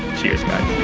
cheers guys!